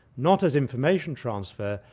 not as information transfer,